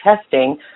testing